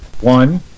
one